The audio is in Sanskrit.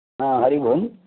हा हरि ओम्